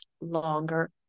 longer